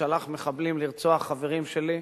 ששלח מחבלים להרוג חברים שלי,